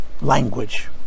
language